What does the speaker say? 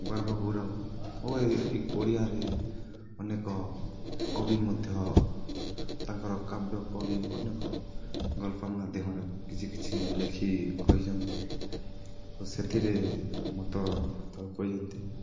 ଗର୍ବ ଗୌରବ ଓ ଏ ଏଇ ଓଡ଼ିଆରେ ଅନେକ କବି ମଧ୍ୟ ତାଙ୍କର କାବ୍ୟ କବି ଅନେକ ଗଳ୍ପ ମାଧ୍ୟମରେ କିଛି କିଛି ଲେଖି କହିଚନ୍ତି ଓ ସେଥିରେ ମତ ବ୍ୟକ୍ତ କରିଚନ୍ତି